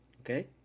Okay